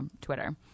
Twitter